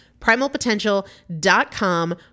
Primalpotential.com